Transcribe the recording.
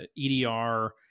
EDR